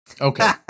Okay